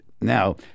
Now